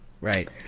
Right